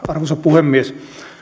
arvoisa puhemies